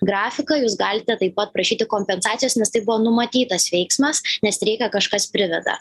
grafiką jūs galite taip pat prašyti kompensacijos nes tai buvo numatytas veiksmas nes streiką kažkas priveda